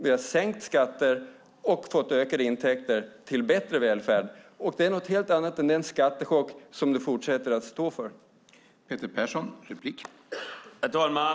Vi har sänkt skatter och fått ökade intäkter till bättre välfärd, och det är något helt annat än den skattechock Peter Persson fortsätter stå för.